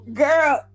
girl